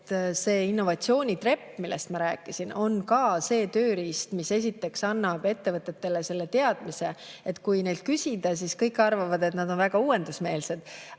Innovatsioonitrepp, millest ma rääkisin, on ka üks tööriist, mis annab ettevõtetele teatud teadmisi. Kui neilt küsida, siis kõik arvavad, et nad on väga uuendusmeelsed,